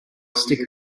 stick